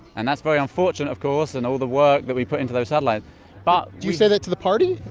and that's very unfortunate, of course. and all the work that we put into those satellites but we. do you say that to the party?